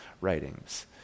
writings